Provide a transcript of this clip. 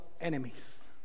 enemies